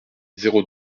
zéro